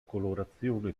colorazione